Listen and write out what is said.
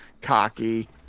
cocky